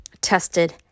tested